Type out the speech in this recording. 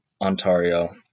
Ontario